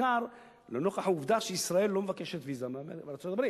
בעיקר לנוכח העובדה שישראל לא מבקשת ויזה מארצות-הברית,